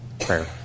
Prayer